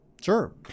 Sure